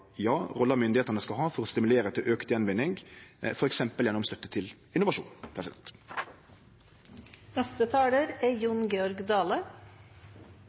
myndigheitene skal ha for å stimulere til auka gjenvinning, f. eks. gjennom støtte til innovasjon.